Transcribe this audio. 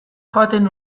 joaten